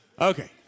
Okay